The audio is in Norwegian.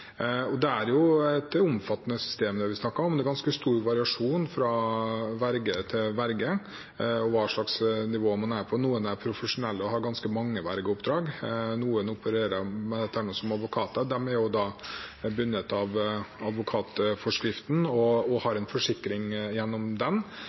Det er et omfattende system vi snakker om. Det er ganske stor variasjon fra verge til verge når det gjelder hva slags nivå man er på. Noen er profesjonelle og har ganske mange vergeoppdrag. Noen av dem som opererer, er advokater, og de er da bundet av advokatforskriften og